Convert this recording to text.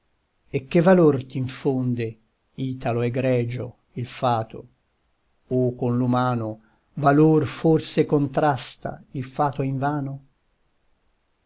e che valor t'infonde italo egregio il fato o con l'umano valor forse contrasta il fato invano